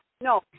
No